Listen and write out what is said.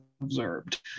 observed